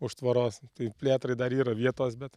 už tvoros tai plėtrai dar yra vietos bet